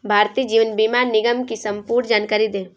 भारतीय जीवन बीमा निगम की संपूर्ण जानकारी दें?